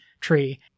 tree